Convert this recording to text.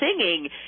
singing